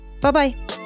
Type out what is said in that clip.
Bye-bye